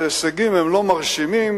ההישגים הם לא מרשימים,